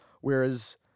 whereas